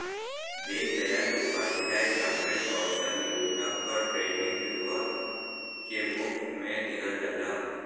दीन दयाल उपाध्याय ग्रामीण कौशल योजना क ट्रेनिंग युवा के मुफ्त में दिहल जाला